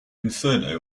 inferno